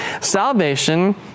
salvation